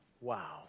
Wow